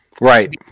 right